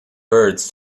birds